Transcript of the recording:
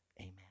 Amen